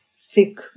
thick